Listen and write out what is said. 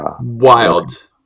Wild